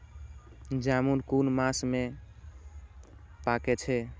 जामून कुन मास में पाके छै?